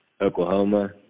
Oklahoma